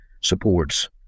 supports